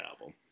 Album